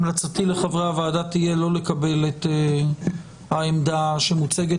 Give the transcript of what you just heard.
המלצתי לחברי הוועדה תהיה לא לקבל את העמדה שמוצגת